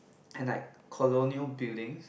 can I colonial buildings